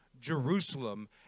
Jerusalem